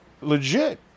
legit